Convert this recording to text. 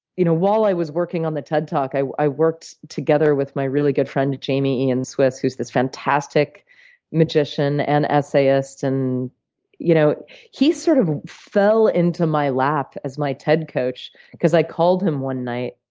you know while i was working on the ted talk, i i worked together with my really good friend, jamy ian swiss, who's this fantastic magician and essayist. and you know he sort of fell into my lap as my ted coach because i called him one night,